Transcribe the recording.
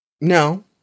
No